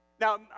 Now